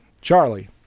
Charlie